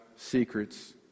secrets